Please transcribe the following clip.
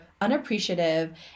unappreciative